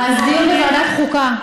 אז דיון בוועדת חוקה.